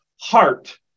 Heart